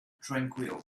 tranquil